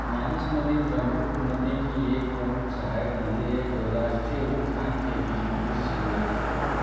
मानस नदी ब्रह्मपुत्र नदी की एक प्रमुख सहायक नदी है जो राष्ट्रीय उद्यान के बीचो बीच से गुजरती है